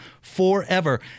forever